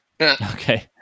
Okay